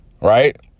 right